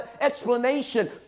explanation